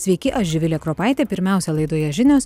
sveiki aš živilė kropaitė pirmiausia laidoje žinios